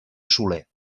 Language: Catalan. soler